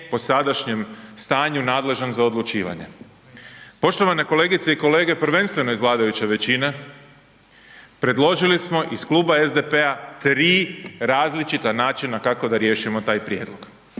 po sadašnjem stanju nadležan za odlučivanje. Poštovane kolegice i kolege, prvenstveno iz vladajuće većine, predložili smo iz Kluba SDP-a 3 različita načina kako da riješimo taj prijedlog.